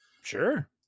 Sure